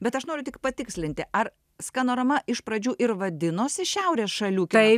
bet aš noriu tik patikslinti ar skanorama iš pradžių ir vadinosi šiaurės šalių kino